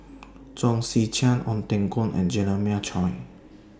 Chong Tze Chien Ong Teng Koon and Jeremiah Choy